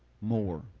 more